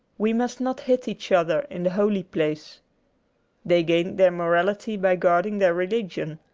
we must not hit each other in the holy place they gained their morality by guarding their religion.